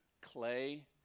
Clay